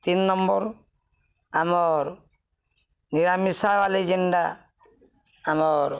ତିନ୍ ନମ୍ବର୍ ଆମର୍ ନିରାମିଷାବାଲେ ଜେନ୍ଟା ଆମର୍